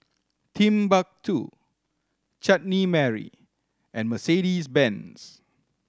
Timbuk Two Chutney Mary and Mercedes Benz